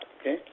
okay